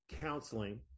counseling